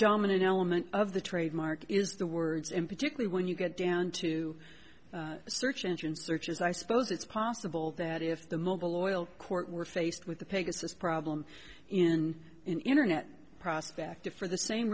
dominant element of the trademark is the words in particular when you get down to search engine searches i suppose it's possible that if the mobile oil court were faced with the pegasus problem in internet prospected for the same